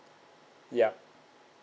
yup